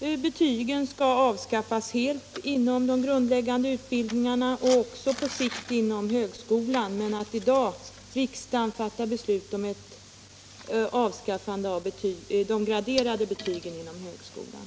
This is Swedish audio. betygen skall avskaffas helt inom de grundläggande utbildningarna och på sikt även inom högskolan och att riksdagen i dag fattar beslut om avskaffande av de graderade betygen inom högskolan.